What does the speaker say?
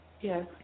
Yes